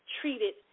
treated